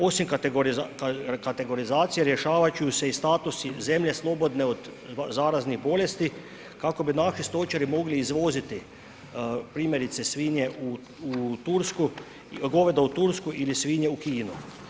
Osim kategorizacije rješavat će se i statusi zemlje slobodne od zaraznih bolesti, kako bi naši stočari mogli izvoziti primjerice svinje u Tursku, goveda u Tursku ili svinje u Kinu.